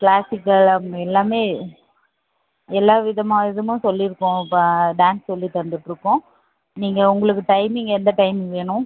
classical அப்புறம் எல்லாமே எல்லாவிதமாக விதமாகவும் சொல்லிருக்கோம் இப்போ டான்ஸ் சொல்லி தந்துட்டுருக்கோம் நீங்கள் உங்களுக்கு டைமிங் எந்த டைமிங் வேணும்